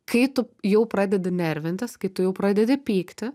kai tu jau pradedi nervintis kai tu jau pradedi pykti